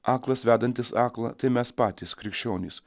aklas vedantis aklą tai mes patys krikščionys